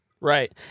Right